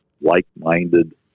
like-minded